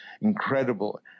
incredible